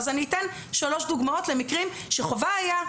אני אביא שלוש דוגמאות למקרים שחובה היה,